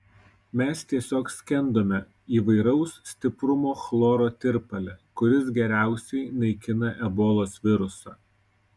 mes tiesiog skendome įvairaus stiprumo chloro tirpale kuris geriausiai naikina ebolos virusą